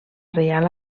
reial